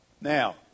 Now